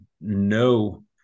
no